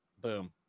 Boom